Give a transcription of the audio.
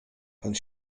pan